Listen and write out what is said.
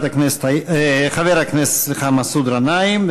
חבר הכנסת מסעוד גנאים,